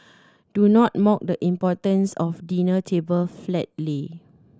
do not mock the importance of dinner table flat lay